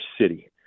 city